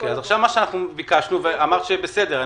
מה שאנחנו ביקשנו ואמרת בסדר,